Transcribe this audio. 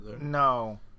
No